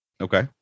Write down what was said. Okay